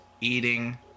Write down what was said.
eating